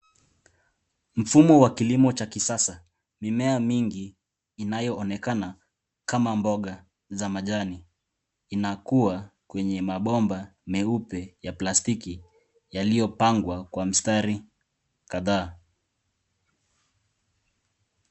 Mfumo wa kilimo cha kisasa. Mimea mingi inayoonekana kama mboga za majani, inakua kwenye mabomba meupe ya plastiki, yaliyopangwa kwa mistari kadhaa.